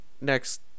next